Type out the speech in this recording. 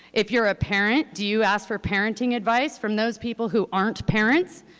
if you're a parent, do you ask for parenting advice from those people who aren't parents?